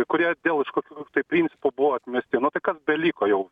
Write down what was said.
kurie dėl kažkokių tai principų buvo atmesti nu tai kas beliko jau